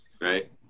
right